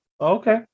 Okay